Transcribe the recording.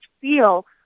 feel